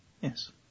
yes